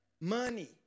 money